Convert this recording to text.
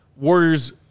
Warriors